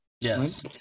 yes